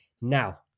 Now